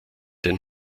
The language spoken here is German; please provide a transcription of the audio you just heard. den